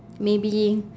maybe